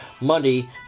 money